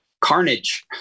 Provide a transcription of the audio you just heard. carnage